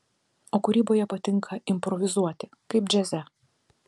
o kūryboje patinka improvizuoti kaip džiaze